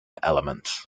elements